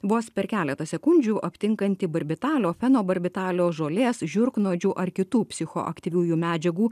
vos per keletą sekundžių aptinkantį barbitalio fenobarbitalio žolės žiurknuodžių ar kitų psichoaktyviųjų medžiagų